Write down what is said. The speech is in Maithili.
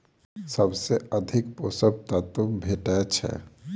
सबसँ अधिक पोसक तत्व भेटय छै?